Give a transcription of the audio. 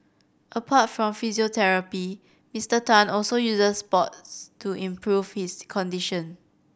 apart from physiotherapy Mister Tan also uses sports to improve his condition